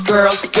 Girls